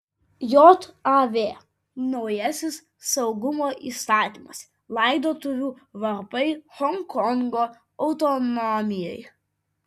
jav naujasis saugumo įstatymas laidotuvių varpai honkongo autonomijai